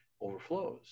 Overflows